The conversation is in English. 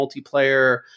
multiplayer